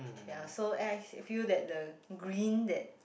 ya so and I feel that the green that